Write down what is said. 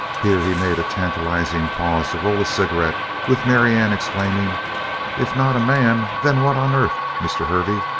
here he made a tantalizing pause to roll a cigarette with marianne exclaiming if not a man, then what on earth, mr. hervey?